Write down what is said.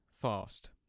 fast